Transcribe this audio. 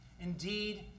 Indeed